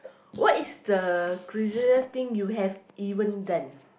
what is the craziest thing you have even done